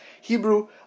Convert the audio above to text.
Hebrew